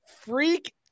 freak